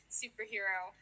superhero